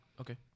Okay